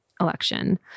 election